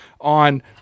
on